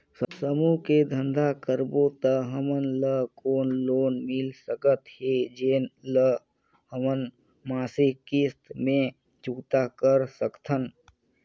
समूह मे धंधा करबो त हमन ल कौन लोन मिल सकत हे, जेन ल हमन मासिक किस्त मे चुकता कर सकथन?